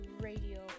radio